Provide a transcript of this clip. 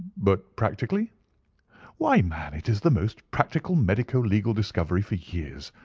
but practically why, man, it is the most practical medico-legal discovery for years.